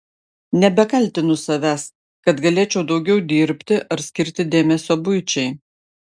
nebekaltinu savęs kad galėčiau daugiau dirbti ar skirti dėmesio buičiai